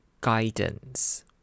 guidance